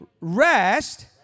Rest